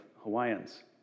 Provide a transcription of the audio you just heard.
Hawaiians